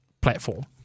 platform